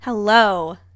Hello